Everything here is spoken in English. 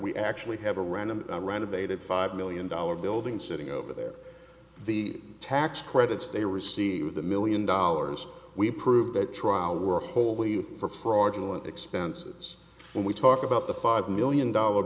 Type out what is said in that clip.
we actually have a random renovated five million dollar building sitting over there the tax credits they received a million dollars we prove that trial were wholly for fraudulent expenses when we talk about the five million dollar